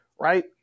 right